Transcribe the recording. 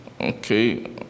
Okay